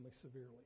severely